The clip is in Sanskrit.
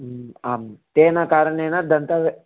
आम् तेन कारणेन दन्तः